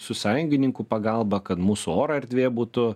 su sąjungininkų pagalba kad mūsų oro erdvė būtų